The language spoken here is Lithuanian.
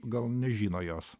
gal nežino jos